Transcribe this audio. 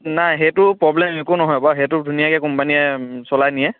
নাই সেইটো প্ৰব্লেম একো নহয় বাৰু সেইটো ধুনীয়াকৈ কোম্পানীয়ে চলাই নিয়ে